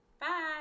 bye